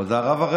איזה רב?